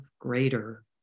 greater